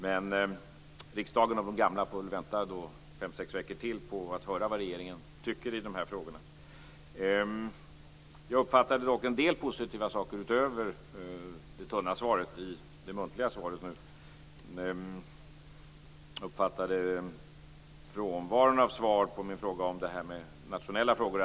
Men riksdagen och de gamla får väl vänta fem sex veckor till på att få höra vad regeringen tycker i dessa frågor. Utöver det tunna svaret uppfattade jag dock en del positiva saker i det som statsrådet nu sade. Jag uppfattade frånvaron av svar på det som gällde nationella frågor.